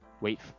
Wait